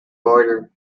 border